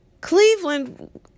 Cleveland